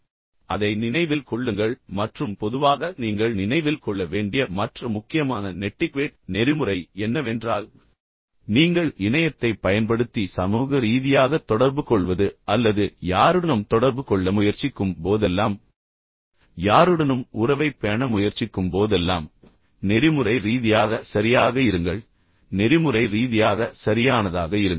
எனவே அதை நினைவில் கொள்ளுங்கள் மற்றும் பொதுவாக நீங்கள் நினைவில் கொள்ள வேண்டிய மற்ற முக்கியமான நெட்டிக்வெட் நெறிமுறை என்னவென்றால் நீங்கள் இணையத்தைப் பயன்படுத்தி சமூக ரீதியாகத் தொடர்புகொள்வது அல்லது யாருடனும் தொடர்பு கொள்ள முயற்சிக்கும் போதெல்லாம் யாருடனும் உறவைப் பேண முயற்சிக்கும் போதெல்லாம் நெறிமுறை ரீதியாக சரியாக இருங்கள் நெறிமுறை ரீதியாக சரியானதாக இருங்கள்